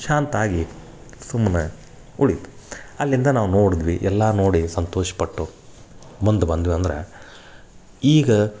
ಶಾಂತಾಗಿ ಸುಮ್ನೆ ಉಳಿಯಿತು ಅಲ್ಲಿಂದ ನಾವು ನೋಡ್ದ್ವಿ ಎಲ್ಲ ನೋಡಿ ಸಂತೋಷಪಟ್ಟು ಮುಂದೆ ಬಂದ್ವಿ ಅಂದ್ರೆ ಈಗ